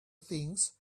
things